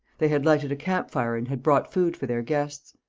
they had lighted a camp-fire and had brought food for their guests.